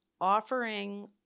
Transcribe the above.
offering